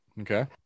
Okay